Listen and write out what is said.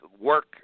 work